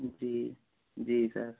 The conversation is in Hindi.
जी जी सर